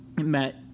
met